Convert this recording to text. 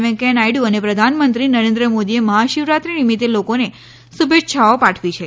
વૈંકેયા નાયડુ અને પ્રધાનમંત્ર નરેન્દ્ર મોદીએ મહાશિવરાત્રી નિમિત્તે લોકોને શુભેચ્છાઓ પાઠવી છે